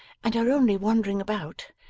and are only wandering about.